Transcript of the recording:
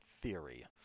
theory